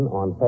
on